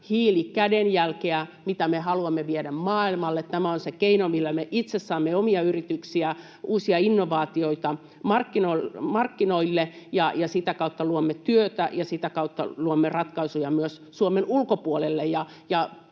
hiilikädenjälkeä, mitä me haluamme viedä maailmalle. Tämä on se keino, millä me itse saamme omia yrityksiä, uusia innovaatioita markkinoille, ja sitä kautta luomme työtä ja sitä kautta luomme ratkaisuja myös Suomen ulkopuolelle.